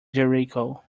jericho